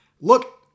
Look